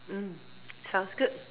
mm sounds good